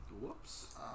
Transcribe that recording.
Whoops